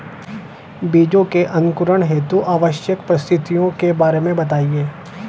बीजों के अंकुरण हेतु आवश्यक परिस्थितियों के बारे में बताइए